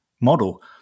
model